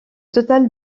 total